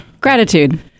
Gratitude